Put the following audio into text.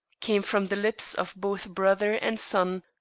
came from the lips of both brother and son,